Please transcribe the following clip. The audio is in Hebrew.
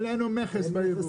אין לנו מכס בייבוא.